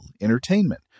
entertainment